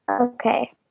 Okay